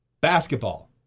basketball